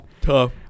Tough